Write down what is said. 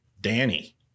Danny